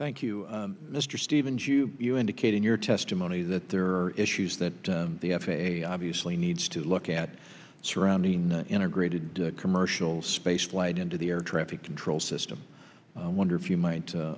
thank you mr stevens you indicate in your testimony that there are issues that the f a a obviously needs to look at surrounding integrated commercial space flight into the air traffic control system i wonder if you might